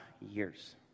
years